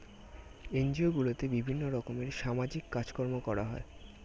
NGO গুলোতে বিভিন্ন রকমের সামাজিক কাজকর্ম করা হয়